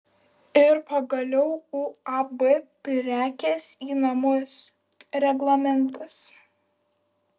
ir pagaliau uab prekės į namus reglamentas